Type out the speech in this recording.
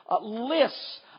lists